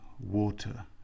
water